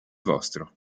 vostro